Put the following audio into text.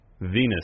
Venus